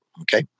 okay